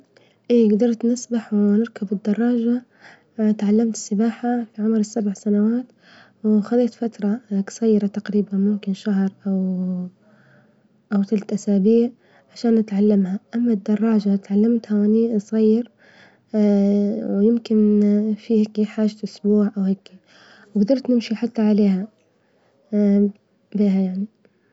إيه جدرت نسبح ونركب الدراجة، وتعلمت السباحة في عمر السبع سنوات وخذيت فترة قصيرة تقريبا شهر أو- أو تلت أسابيع لتعلمها، أما الدراجة تعلمتها وأني وصغير ويمكن في حاجة أسبوع وهكي وجدرت نمشي حتى عليها بها يعني.